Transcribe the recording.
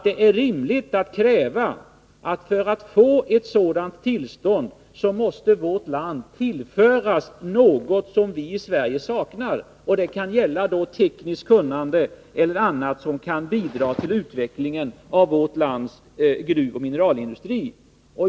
Det är rimligt att kräva att vi för att ge ett sådant tillstånd måste tillföras någonting som vi saknar. Det kan gälla tekniskt kunnande eller annat som kan bidra till utvecklingen av vårt lands gruvoch mineralindustri.